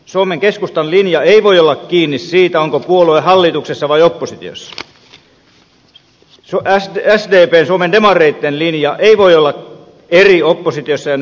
suomen keskustan linja ei voi olla kiinni siitä onko puolue hallituksessa vai oppositiossa sdpn suomen demareitten linja ei voi olla eri oppositiossa kuin nyt hallituksessa